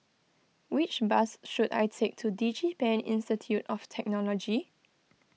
which bus should I take to DigiPen Institute of Technology